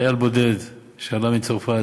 חייל בודד שעלה מצרפת,